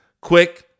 Quick